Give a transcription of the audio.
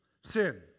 Sin